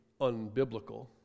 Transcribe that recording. unbiblical